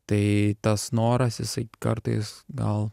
tai tas noras jisai kartais gal